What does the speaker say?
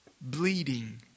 bleeding